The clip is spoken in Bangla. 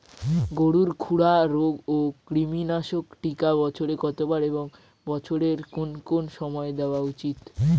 গরুর খুরা রোগ ও কৃমিনাশক টিকা বছরে কতবার এবং বছরের কোন কোন সময় দেওয়া উচিৎ?